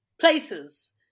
places